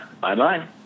Bye-bye